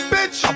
Bitch